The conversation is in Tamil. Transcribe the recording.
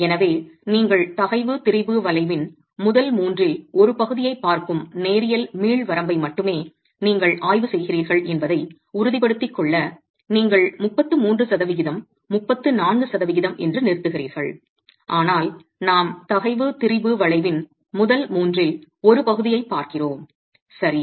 எனவே நீங்கள் தகைவு திரிபு வளைவின் முதல் மூன்றில் ஒரு பகுதியைப் பார்க்கும் நேரியல் மீள் வரம்பை மட்டுமே நீங்கள் ஆய்வு செய்கிறீர்கள் என்பதை உறுதிப்படுத்திக் கொள்ள நீங்கள் 33 சதவிகிதம் 34 சதவிகிதம் என்று நிறுத்துகிறீர்கள் ஆனால் நாம் தகைவு திரிபு வளைவின் முதல் மூன்றில் ஒரு பகுதியைப் பார்க்கிறோம் சரி